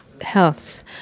health